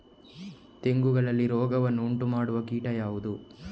ತೆಂಗುಗಳಲ್ಲಿ ರೋಗವನ್ನು ಉಂಟುಮಾಡುವ ಕೀಟ ಯಾವುದು?